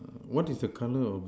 what is the colour of the